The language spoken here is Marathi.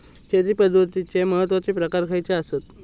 शेती पद्धतीचे महत्वाचे प्रकार खयचे आसत?